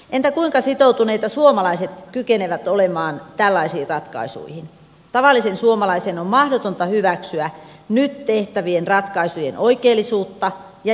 entä kuinka sitoutuneita suomalaiset kykenevät olemaan tällaisiin ratkaisuihin tavallisen suomalaisen on mahdotonta hyväksyä nyt tehtävien ratkaisujen oikeellisuutta ja